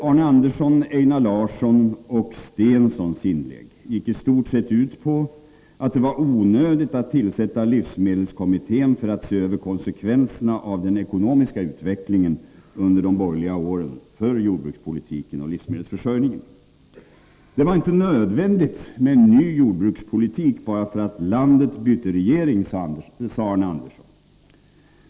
Arne Anderssons i Ljung, Einar Larssons och Börje Stenssons inlägg gick i stort sett ut på att det var onödigt att tillsätta livsmedelskommittén för att se över konsekvenserna för jordbrukspolitiken och livsmedelsförsörjningen av den ekonomiska utvecklingen under de borgerliga regeringsåren. Det var inte nödvändigt med en ny jordbrukspolitik bara därför att landet bytte regering, sade Arne Andersson.